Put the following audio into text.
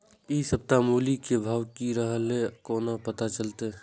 इ सप्ताह मूली के भाव की रहले कोना पता चलते?